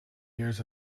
years